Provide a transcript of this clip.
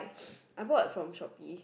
I brought from shopee